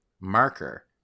marker